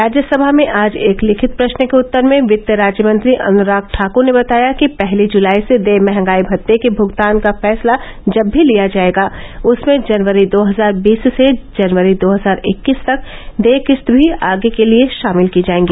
राज्यसभा में आज एक लिखित प्रश्न के उत्तर में वित्त राज्यमंत्री अनुराग ठाक्र ने बताया कि पहली जुलाई से देय महंगाई भत्ते के भगतान का फैसला जब भी लिया जाएगा उसमें जनवरी दो हजार बीस से जनवरी दो हजार इक्कीस तक देय किस्त भी आगे के लिए शामिल की जायेंगी